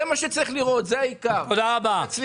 זה מה שצריך לראות, זה העיקר ותצליחו.